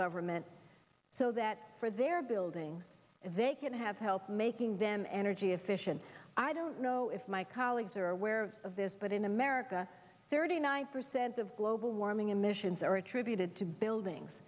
government so that for their buildings they can have help making them energy efficient i don't know if my colleagues are aware of this but in america thirty nine percent of global warming emissions are attributed to buildings